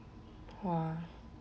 oh